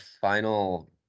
final